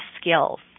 skills